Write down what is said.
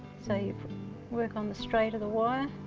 so you work on the straight of the wire,